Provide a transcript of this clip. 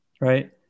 right